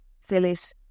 Phyllis